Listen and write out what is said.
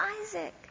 Isaac